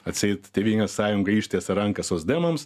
atseit tėvynės sąjunga ištiesė ranką socdemams